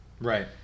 Right